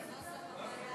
כולל,